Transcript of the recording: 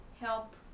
help